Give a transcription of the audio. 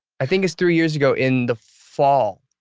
i think it's three years ago in the fall.